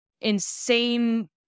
insane